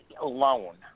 alone